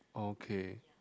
okay